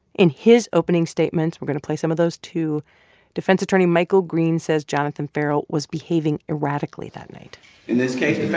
in his opening statements we're going to play some of those, too defense attorney michael greene says jonathan ferrell was behaving erratically that night in this case,